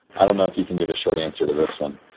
i don't know if you can give a short answer to this one.